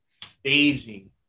staging